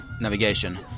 navigation